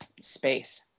space